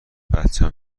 بچم